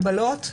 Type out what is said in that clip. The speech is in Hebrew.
הגבלות,